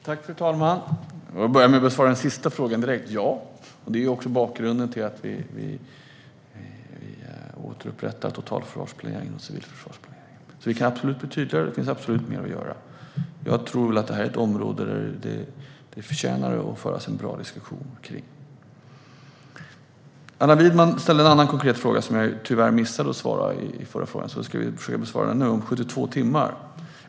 Fru talman! Låt mig börja med att besvara den sista frågan direkt: Ja, och det är också bakgrunden till att vi återupprättar totalförsvars och civilförsvarsplaneringen. Vi kan absolut bli tydligare, och det finns absolut mer att göra. Jag tror att det här är ett ämne som förtjänar en bra diskussion. Allan Widman ställde en annan konkret fråga, som jag tyvärr missade att svara på i mitt förra inlägg, om detta med 72 timmar. Jag ska försöka svara på den nu.